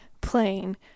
playing